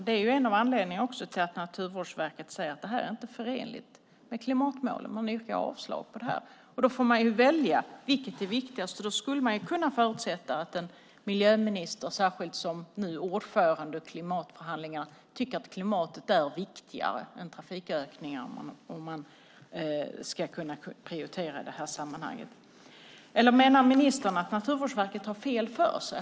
Det är också en av anledningarna till att Naturvårdsverket säger att det här inte är förenligt med klimatmålen och yrkar avslag på det. Då är det nödvändigt att välja vilket som är viktigast, och då skulle man kunna förutsätta att miljöministern, särskilt nu som ordförande i klimatförhandlingarna, tycker att klimatet är viktigare än trafikökningen om han ska prioritera i det här sammanhanget. Eller menar ministern att Naturvårdsverket har fel?